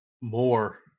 more